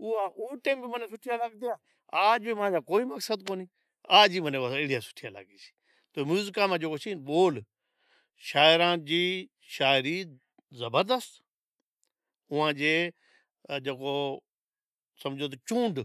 او آج بھی منیں او ٹیم بھی سوٹھی لاگتی آج بھی مانجا کوئی مقصد کونی، آج بھی منیں ونڑے لیا سوٹھیا کیاں کہ میوزکاں میں جکو چھی بول شاعراں جی شاعری زبردست اوئاں جے وہ سمجھو چونڈ